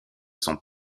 sont